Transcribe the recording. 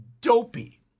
dopey